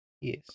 Yes